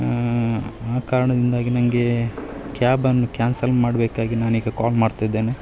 ಆ ಕಾರಣದಿಂದಾಗಿ ನನಗೆ ಕ್ಯಾಬನ್ನು ಕ್ಯಾನ್ಸಲ್ ಮಾಡ್ಬೇಕಾಗಿ ನಾನೀಗ ಕಾಲ್ ಮಾಡ್ತಿದ್ದೇನೆ